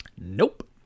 Nope